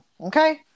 Okay